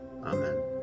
Amen